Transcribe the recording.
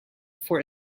for